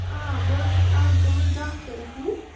آ بہٕ ٲسٕس اَز گٔمٕژ ڈاکٹَرَس نِش